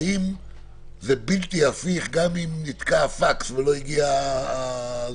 האם זה בלתי הפיך גם אם נתקע הפקס ולא הגיע המסמך?